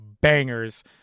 bangers